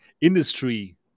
industry